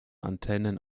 antennen